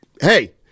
hey